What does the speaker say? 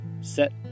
set